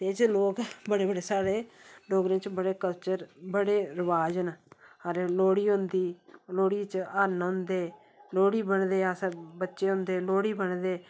एह् जे लोग बड़े बड़े साढ़े डोगरी च साढ़े बड़े कलचर बड़े रिबाज न लोह्ड़ी होंदी लोह्ड़ी च हरण होंदे लोह्ड़ी बंड़े अस बच्चें होंदे लोह्ड़ी बंडदे